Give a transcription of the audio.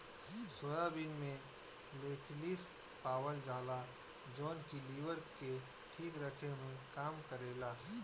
soybean में lecithin पावल जाला जवन की लीवर के ठीक रखे में काम करेला